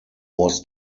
was